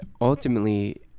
ultimately